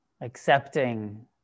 accepting